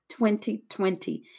2020